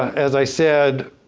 as i said,